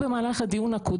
זה לו ולחברים שלו,